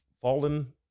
Fallen